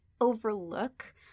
overlook